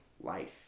life